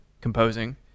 composing